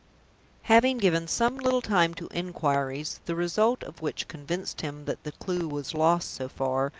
having given some little time to inquiries, the result of which convinced him that the clew was lost so far,